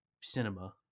Cinema